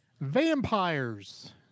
vampires